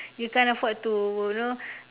you can't afford to you know